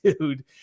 dude